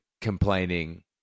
complaining